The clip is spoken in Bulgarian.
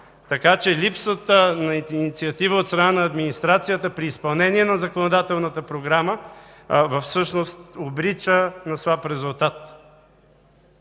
така че липсата на инициатива от страна на администрацията при изпълнение на законодателната програма всъщност обрича на слаб резултат.